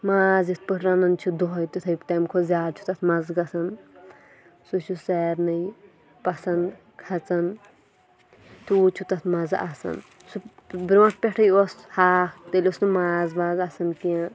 ماز یِتھ پٲٹھۍ رَنان چھِ دۄہے تِتھے تَمہِ کھۄتہٕ زیادٕ چھُ تَتھ مَزٕ گژھان سُہ چھُ سارنٕے پَسنٛد کھژَان تیوٗت چھُ تَتھ مَزٕ آسان سُہ برٛونٛٹھہٕ پٮ۪ٹھے اوس ہاکھ تیٚلہِ اوس نہٕ ماز واز آسان کیٚنٛہہ